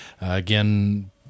Again